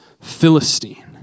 Philistine